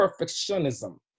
perfectionism